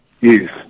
Yes